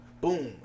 Boom